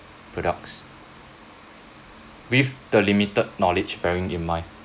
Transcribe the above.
products with the limited knowledge bearing in mind